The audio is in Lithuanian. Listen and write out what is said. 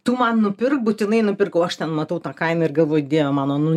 tu man nupirk būtinai nupirkau aš ten matau tą kainą ir galvoju dieve mano nu